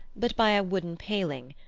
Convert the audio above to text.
but by a wooden paling,